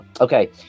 Okay